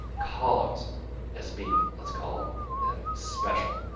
columns as being let's call them special.